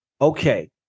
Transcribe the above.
Okay